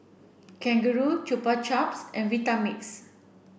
Kangaroo Chupa Chups and Vitamix